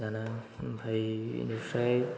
जाना ओमफ्राय बिनिफ्राय